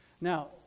Now